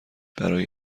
برای